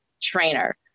trainer